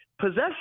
possession